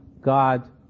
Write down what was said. God